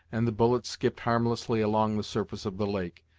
and the bullet skipped harmlessly along the surface of the lake,